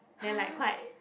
then like quite